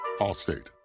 Allstate